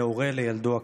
מהורה לילדו הקטן.